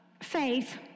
faith